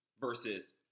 versus